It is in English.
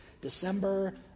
December